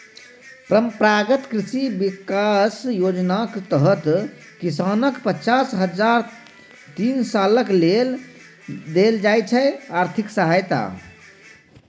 परंपरागत कृषि बिकास योजनाक तहत किसानकेँ पचास हजार तीन सालक लेल देल जाइ छै आर्थिक सहायता